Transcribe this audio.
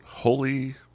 Holy